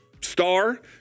star